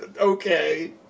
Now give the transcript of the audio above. Okay